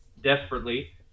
desperately